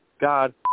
god